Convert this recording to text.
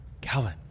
Calvin